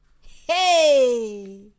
Hey